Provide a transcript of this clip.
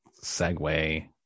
segue